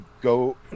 go